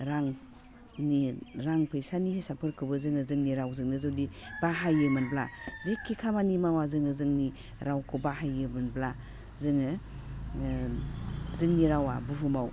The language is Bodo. रांनि रां फैसानि हिसाबफोरखौबो जोङो जोंनि रावजोंनो जुदि बाहायोमोनब्ला जिखि खामानि मावा जोङो जोंनि रावखौ बाहायोमोनब्ला जोङो जोंनि रावा बुहुमाव